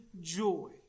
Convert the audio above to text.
joy